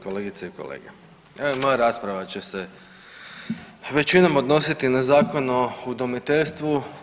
Kolegice i kolege, evo moja rasprava će se većinom odnositi na Zakon o udomiteljstvu.